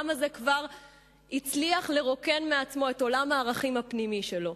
העם הזה כבר הצליח לרוקן מעצמו את עולם הערכים הפנימי שלו,